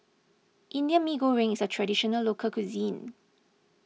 Indian Mee Goreng is a Traditional Local Cuisine